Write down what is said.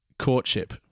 courtship